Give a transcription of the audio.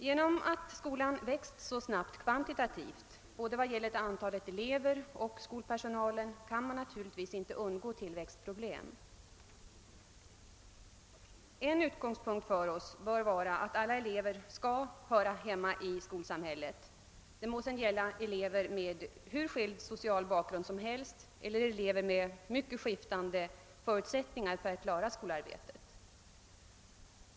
Genom att skolan vuxit så snabbt kvantitativt — både vad gäller antalet elever och skolpersonalen — kan tillväxtproblem inte undvikas. En utgångspunkt i debatten härom bör vara att alla elever skall höra hemma i skolsamhället; det må gälla elever med hur olika social bakgrund som helst eller elever med mycket skiftande förutsättningar för att klara av skolarbetet.